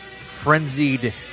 frenzied